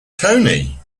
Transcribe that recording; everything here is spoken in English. tony